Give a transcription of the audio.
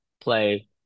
play